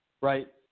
Right